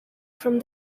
from